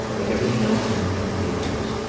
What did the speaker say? like everything else in intermediateness,